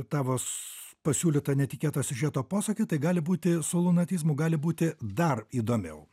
tavos pasiūlytą netikėtą siužeto posūkį tai gali būti su lunatizmu gali būti dar įdomiau